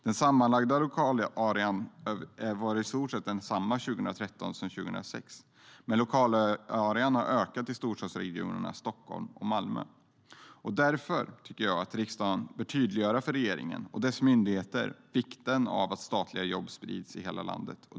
Den sammanlagda lokalarean var i stort sett densamma 2013 som 2006, men lokalarean har ökat i storstadsregionerna Stockholm och Malmö.Riksdagen bör därför tydliggöra för regeringen och dess myndigheter vikten av att statliga jobb sprids i hela landet.